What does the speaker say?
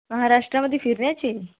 महाराष्ट्रामध्ये फिरण्याची